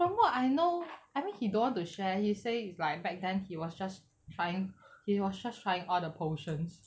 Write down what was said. from what I know I mean he don't want to share he say it's like back then he was just trying he was just trying all the potions